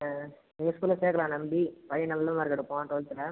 எங்கள் ஸ்கூலில் சேர்க்கலாம் நம்பி பையன் நல்ல மார்க் எடுப்பான் டுவல்த்தில்